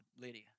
Lydia